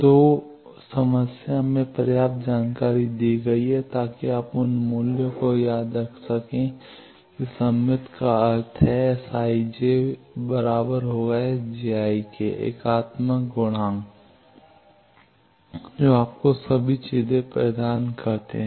तो समस्या में पर्याप्त जानकारी दी गई है ताकि आप उन मूल्यों को याद रख सकें कि सममित का अर्थ है Sij S ji एकात्मक गुण जो आपको सभी चीजें प्रदान करते हैं